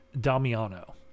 Damiano